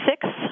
six